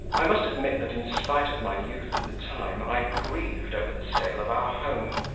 i must admit that, in spite of my youth at the time, i grieved over the sale of our home,